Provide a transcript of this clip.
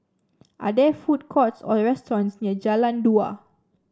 are there food courts or restaurants near Jalan Dua